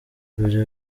ibyo